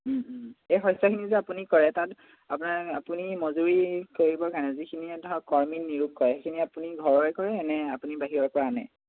এই শস্যখিনি যে আপুনি কৰে তাত আপোনাৰ আপুনি মজুৰি কৰিবৰ কাৰণে যিখিনি ধৰক কৰ্মী নিয়োগ কৰে সেইখিনি আপুনি ঘৰৰে কৰে নে আপুনি বাহিৰৰ পৰা আনে